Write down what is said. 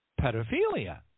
Pedophilia